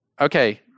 okay